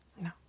No